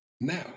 Now